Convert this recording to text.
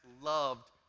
loved